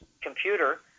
computer